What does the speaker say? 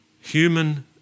human